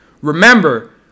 remember